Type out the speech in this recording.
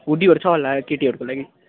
हुडीहरू छ होला केटीहरूको लागि